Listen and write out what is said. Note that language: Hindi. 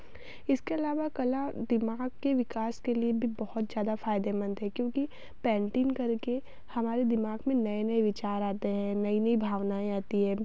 इसके अलावा कला दिमाग के विकास के लिए भी बहुत ज़्यादा फ़ायदेमंद है क्योंकि पैंटिन करके हमारे दिमाग में नए नए विचार आते हैं नई नई भावनाएँ आती हैं